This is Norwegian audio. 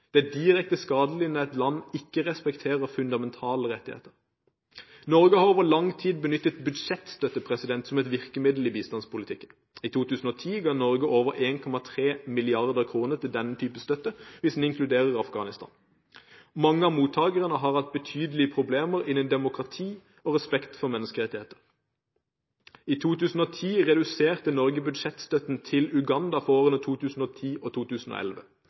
skadelig når et land ikke respekterer fundamentale rettigheter. Norge har over lang tid benyttet budsjettstøtte som et virkemiddel i bistandspolitikken. I 2010 ga Norge over 1,3 mrd. kr i denne type støtte, hvis en inkluderer Afghanistan. Mange av mottakerne har hatt betydelige problemer innen demokrati og respekt for menneskerettighetene. I 2010 reduserte Norge budsjettstøtten til Uganda for årene 2010 og 2011